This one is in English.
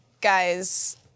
guys